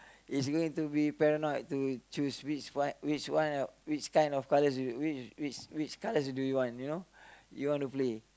it's gonna to be paranoid to choose which one which one which kind of colours you which which which colours do you want you know you wanna play